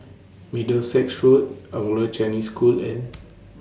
Middlesex Road Anglo Chinese School and